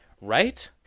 right